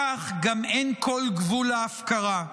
כך גם אין כל גבול להפקרה.